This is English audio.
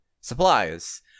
supplies